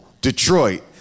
Detroit